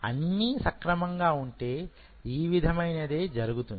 అన్నీ సక్రమంగా ఉంటే ఈ విధమైనదే జరుగుతుంది